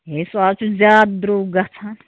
ہے سُہ حظ چھُ زیادٕ درٛۅگ گژھان